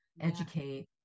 educate